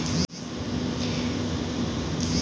कइसे पता करि कि हमरे खाता मे कितना पैसा बा?